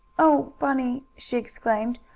oh, bunny! she exclaimed.